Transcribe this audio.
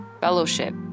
fellowship